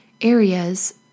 areas